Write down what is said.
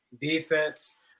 defense